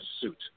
suit